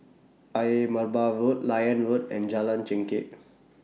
Ayer Merbau Road Liane Road and Jalan Chengkek